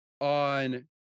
on